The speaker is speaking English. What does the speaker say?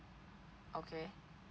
okay